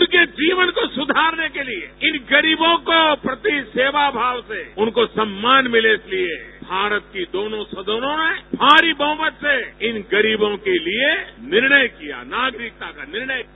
उनके जीवन को सुधारने के लिये इन गरीदों के प्रति सेवा भाव से उनको सम्मान मिले इसलिए भारत की दोनों सदनों ने भारी बहुमत से इन गरीवों के लिये निर्णय किया नागरिकता का निर्णय किया